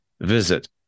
Visit